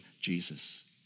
Jesus